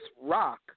Rock